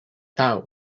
town